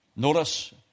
Notice